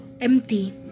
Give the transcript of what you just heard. empty